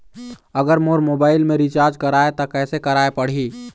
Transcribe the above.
अगर मोर मोबाइल मे रिचार्ज कराए त कैसे कराए पड़ही?